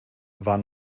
war